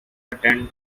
attend